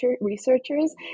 researchers